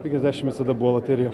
penkiasdešim visada buvo loterija